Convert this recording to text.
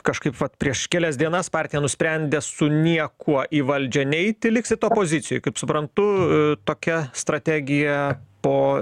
kažkaip vat prieš kelias dienas partija nusprendė su niekuo į valdžią neiti liksit opozicijoj kaip suprantu tokia strategija po